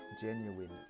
genuine